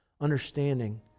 understanding